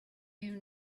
you